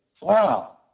wow